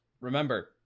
Remember